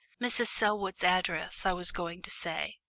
mrs. selwood's address i was going to say,